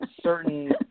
certain